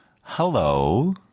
Hello